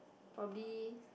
probably